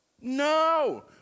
No